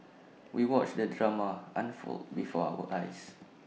we watched the drama unfold before our eyes